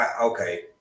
okay